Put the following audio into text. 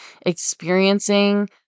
experiencing